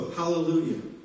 hallelujah